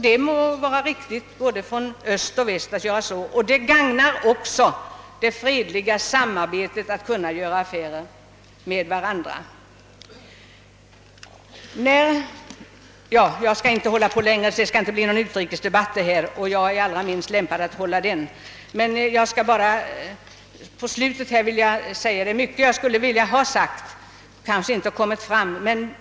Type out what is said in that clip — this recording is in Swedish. Det må vara riktigt på både östoch västhåll att göra så. Det gagnar också det fredliga samarbetet när man kan göra affärer med varandra. Jag skall inte tala mycket längre — det skall inte bli någon utrikesdebatt, och jag vore allra minst lämpad att föra en sådan. Mycket av vad jag skulle vilja säga har kanske inte kommit fram i mitt anförande.